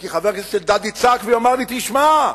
כי חבר הכנסת אלדד יצעק ויאמר לי: תשמע,